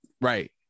Right